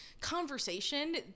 conversation